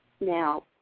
Now